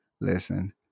Listen